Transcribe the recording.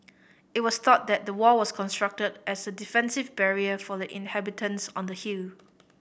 it was thought that the wall was constructed as a defensive barrier for the inhabitants on the hill